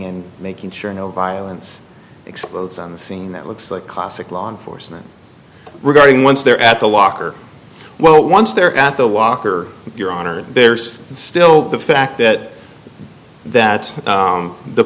and making sure no violence explodes on the scene that looks like classic law enforcement regarding once they're at the locker well once they're at the walker your honor there's still the fact that that